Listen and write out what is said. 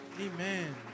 Amen